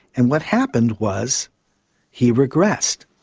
and what happened was he regressed,